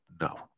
No